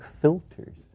filters